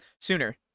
sooner